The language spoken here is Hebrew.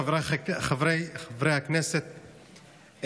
חבריי חברי הכנסת,